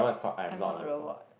I'm not a robot